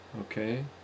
Okay